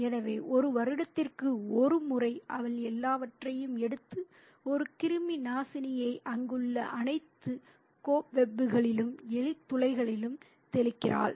எனவே ஒரு வருடத்திற்கு ஒரு முறை அவள் எல்லாவற்றையும் எடுத்து ஒரு கிருமிநாசினியை அங்குள்ள அனைத்து கோப்வெப்களிலும் எலி துளைகளிலும் தெளிக்கிறாள்